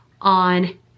on